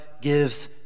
gives